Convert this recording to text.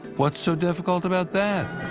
what's so difficult about that?